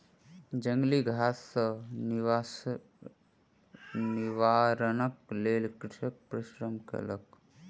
जंगली घास सॅ निवारणक लेल कृषक परिश्रम केलक